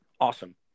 awesome